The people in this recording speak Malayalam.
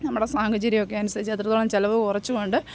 നമ്മുടെ സാഹചര്യമൊക്കെ അനുസരിച്ച് എത്രത്തോളം ചിലവ് കുറച്ചു കൊണ്ട്